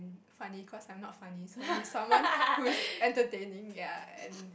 funny is because I'm not funny so he's someone who's entertaining ya and